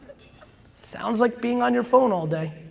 sounds like being on your phone all day.